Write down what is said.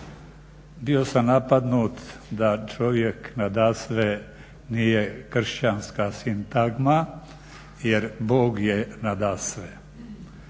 Bio sam napadnut da čovjek nadasve nije kršćanska sintagma jer Bog je nadasve.